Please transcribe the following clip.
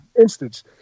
instance